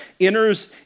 enters